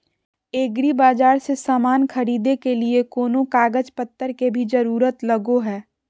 एग्रीबाजार से समान खरीदे के लिए कोनो कागज पतर के भी जरूरत लगो है?